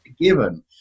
given